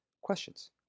questions